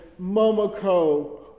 Momoko